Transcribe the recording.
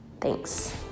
Thanks